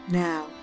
now